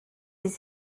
les